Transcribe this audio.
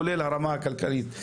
כולל הרמה הכלכלית.